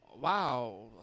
wow